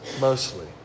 mostly